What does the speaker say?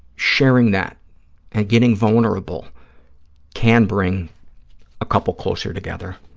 sharing that and getting vulnerable can bring a couple closer together.